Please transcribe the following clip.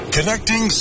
Connecting